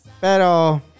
Pero